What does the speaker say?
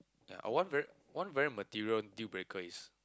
ya I one very one very material deal breaker is